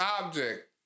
object